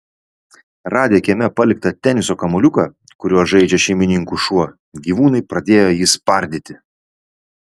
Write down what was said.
radę kieme paliktą teniso kamuoliuką kuriuo žaidžia šeimininkų šuo gyvūnai pradėjo jį spardyti